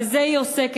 בזה היא עוסקת.